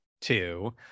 Two